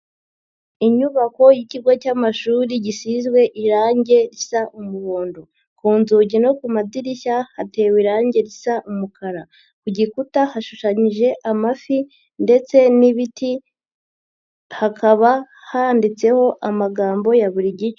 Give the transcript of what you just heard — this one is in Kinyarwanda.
Inyubako y'ikigo cy'amashuri gisizwe irangi risa umuhondo, ku nzugi no ku madirishya hatewe irangi risa umukara, ku gikuta hashushanyije amafi ndetse n'ibiti, hakaba handitseho amagambo ya buri gice.